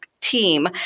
team